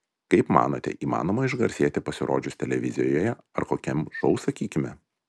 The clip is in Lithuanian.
kaip manote įmanoma išgarsėti pasirodžius televizijoje ar kokiam šou sakykime